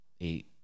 eight